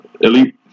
elite